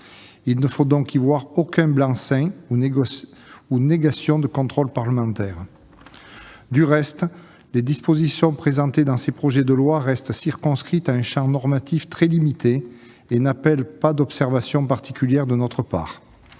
Il ne faut donc y voir aucun blanc-seing ou négation du contrôle parlementaire. Au reste, les dispositions présentées dans ces projets de loi restent circonscrites à un champ normatif très limité et n'appellent pas d'observation particulière de notre part,